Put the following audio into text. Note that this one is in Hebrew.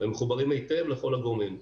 ומחוברים היטב לכל הגורמים.